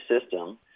system